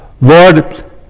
Lord